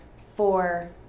four